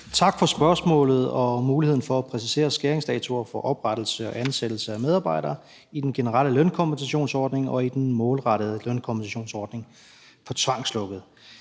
Tak for spørgsmålet og muligheden for at præcisere skæringsdatoer for oprettelse af virksomhed og ansættelse af medarbejdere i den generelle lønkompensationsordning og i den målrettede lønkompensationsordning for tvangslukkede.